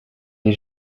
les